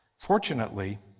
fortunately